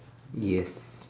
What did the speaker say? yes